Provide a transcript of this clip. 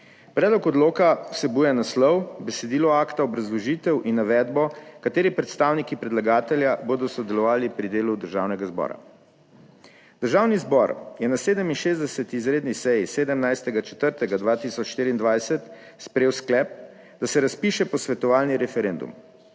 Predlog odloka vsebuje naslov, besedilo akta, obrazložitev in navedbo kateri predstavniki predlagatelja bodo sodelovali pri delu Državnega zbora. Državni zbor je na 67. izredni seji, 17. 4. 2024, sprejel sklep, da se razpiše posvetovalni referendum.